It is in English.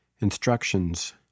Instructions